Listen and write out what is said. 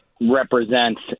represents